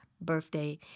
birthday